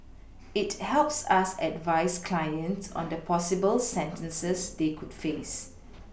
it helps us advise clients on the possible sentences they could face